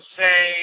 say